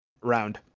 round